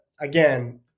again